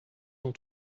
dans